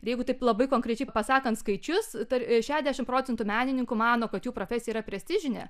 ir jeigu taip labai konkrečiai pasakant skaičius tai šešiasdešimt procentų menininkų mano kad jų profesija yra prestižinė